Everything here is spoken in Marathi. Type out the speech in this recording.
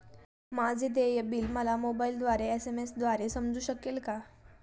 माझे देय बिल मला मोबाइलवर एस.एम.एस द्वारे समजू शकेल का?